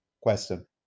Question